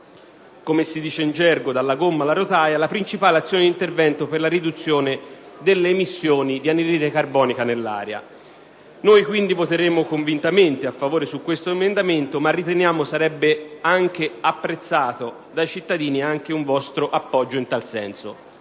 come si dice in gergo, dalla gomma alla rotaia - la principale azione di intervento per la riduzione delle emissioni di anidride carbonica nell'aria. Voteremo quindi convintamente a favore di questo emendamento, ma riteniamo sarebbe anche apprezzato dai cittadini un vostro appoggio in tal senso.